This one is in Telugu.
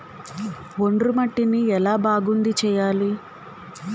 ఒండ్రు మట్టిని ఎలా బాగుంది చేయాలి?